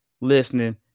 listening